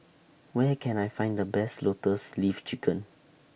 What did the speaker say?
Where Can I Find The Best Lotus Leaf Chicken